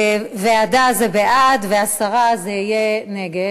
ועדה זה בעד והסרה זה יהיה נגד.